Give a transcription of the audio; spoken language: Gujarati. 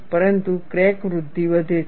પરંતુ ક્રેક વૃદ્ધિ વધે છે